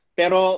pero